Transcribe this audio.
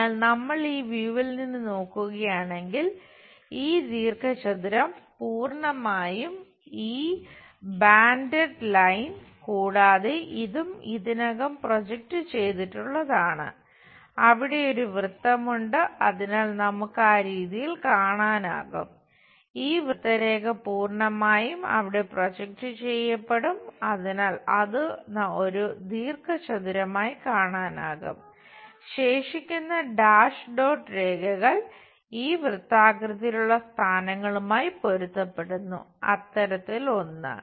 അതിനാൽ നമ്മൾ ഈ വ്യൂവിൽ രേഖകൾ ഈ വൃത്താകൃതിയിലുള്ള സ്ഥാനങ്ങളുമായി പൊരുത്തപ്പെടുന്നു അത്തരത്തിൽ ഒന്ന്